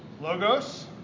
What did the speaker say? logos